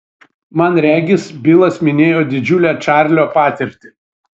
man regis bilas minėjo didžiulę čarlio patirtį